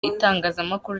itangazamakuru